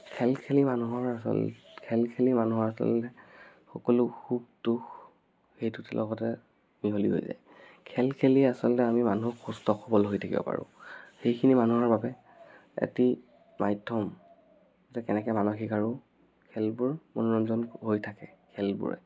খেল খেলি মানুহৰ আচল খেল খেলি মানুহৰ আচলতে সকলো সুখ দুখ সেইটোতে লগতে মিহলি হৈ যায় খেল খেলি আচলতে আমি মানুুহ সুস্থ সবল হৈ থাকিব পাৰোঁ সেইখিনি মানুহৰ বাবে এটি মাধ্যম এতিয়া কেনেকৈ মানসিক আৰু খেলবোৰ মনোৰঞ্জন হৈ থাকে খেলবোৰে